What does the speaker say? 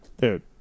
Dude